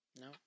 no